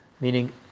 meaning